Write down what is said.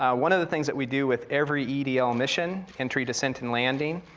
ah one of the things that we do with every edl mission, entry, descent, and landing,